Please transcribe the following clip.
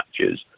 matches